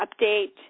update